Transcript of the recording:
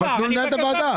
תנו לו לנהל את הוועדה,